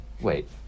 wait